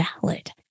valid